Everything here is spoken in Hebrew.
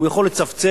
הוא יכול לצפצף,